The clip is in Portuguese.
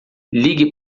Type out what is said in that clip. ligue